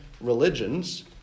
religions